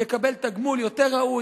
יקבל תגמול יותר ראוי,